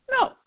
No